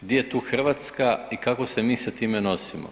Gdje je tu Hrvatska i kako se mi sa time nosimo?